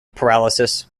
paralysis